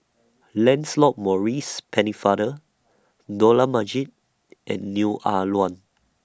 Lancelot Maurice Pennefather Dollah Majid and Neo Ah Luan